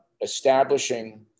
establishing